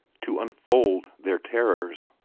to unfold their terrors.